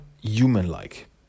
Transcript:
human-like